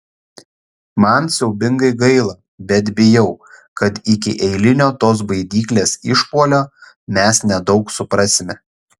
man siaubingai gaila bet bijau kad iki eilinio tos baidyklės išpuolio mes nedaug suprasime